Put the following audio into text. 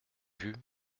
vue